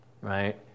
Right